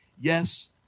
Yes